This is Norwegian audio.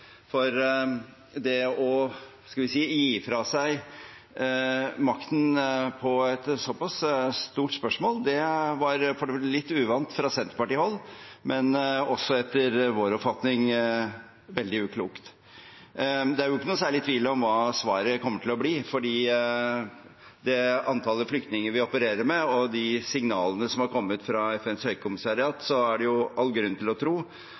det å – skal vi si – gi fra seg makten i et såpass stort spørsmål var litt uvant fra Senterparti-hold, men også, etter vår oppfatning, veldig uklokt. Det er jo ikke noe særlig tvil om hva svaret kommer til å bli, for med det antallet flyktninger vi opererer med, og de signalene som har kommet fra FNs høykommissariat, er det all grunn til å tro